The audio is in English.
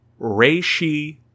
Reishi